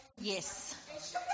Yes